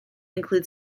include